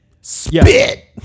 Spit